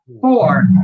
four